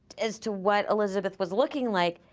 as to what elizabeth was looking like,